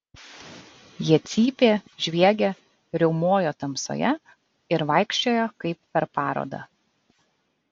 jie cypė žviegė riaumojo tamsoje ir vaikščiojo kaip per parodą